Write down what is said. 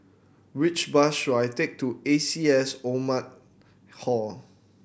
which bus should I take to A C S Oldham Hall